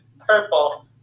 purple